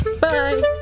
Bye